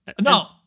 No